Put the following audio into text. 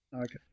Okay